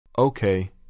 Okay